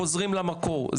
חוזרים למקור.